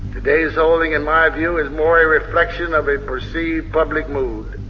today's holding, in my view, is more a reflection of a perceived public mood